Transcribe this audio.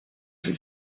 able